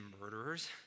murderers